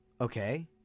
Okay